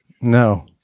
No